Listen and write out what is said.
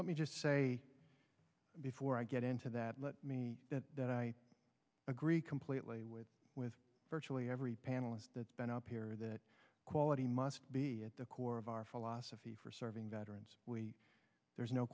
let me just say before i get into that let me that i agree completely with with virtually every panelist that's been up here that quality must be at the core of our philosophy for serving veterans we there's no